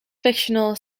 fictional